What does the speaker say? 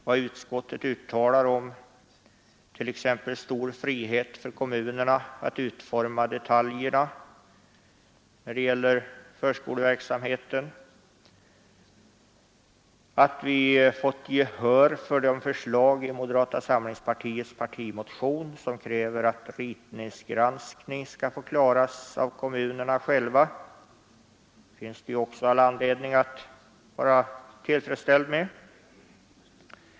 Vad utskottet uttalar t.ex. om stor frihet för kommunerna att utforma detaljerna när det gäller förskoleverksamheten och att vi fått gehör för de förslag i moderata samlingspartiets partimotion som kräver att ritningsgranskning skall få klaras av kommunerna själva finns också all anledning att vara tillfredsställd med.